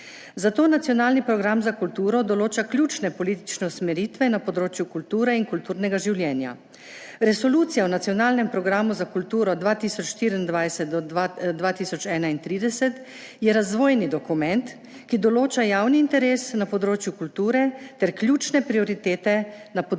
Zato nacionalni program za kulturo določa ključne politične usmeritve na področju kulture in kulturnega življenja. Resolucija o nacionalnem programu za kulturo 2024–2031 je razvojni dokument, ki določa javni interes na področju kulture ter ključne prioritete na področju